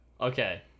Okay